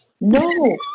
No